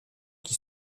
qui